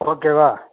ஓகேவா